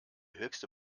höchste